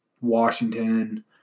Washington